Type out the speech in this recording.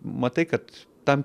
matai kad tam